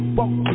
walk